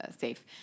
safe